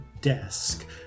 desk